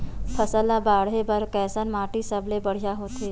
फसल ला बाढ़े बर कैसन माटी सबले बढ़िया होथे?